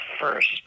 first